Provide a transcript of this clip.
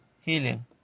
healing